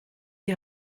die